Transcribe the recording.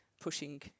pushing